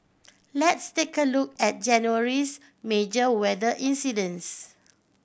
let's take a look at January's major weather incidents